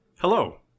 Hello